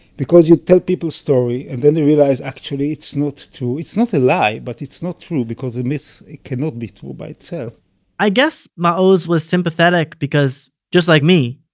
because you tell people story and then they realize actually it's not true, it's not a lie, but it's not true because a myth cannot be true by itself i guess maoz was sympathetic because, just like me,